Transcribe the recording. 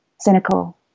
cynical